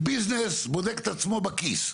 ביזנס בודק את עצמו בכיס.